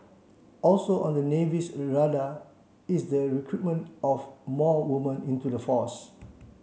also on the Navy's radar is the recruitment of more women into the force